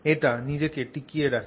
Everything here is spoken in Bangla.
এটা নিজেকে টিকিয়ে রাখে